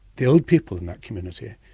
the old people in that community,